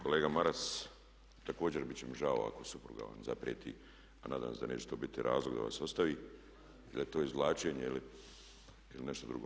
Kolega Maras, također bit će mi žao ako supruga vam zaprijeti a nadam se da neće to biti razlog da vas ostavi, jer je to izvlačenje ili nešto drugo.